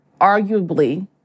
arguably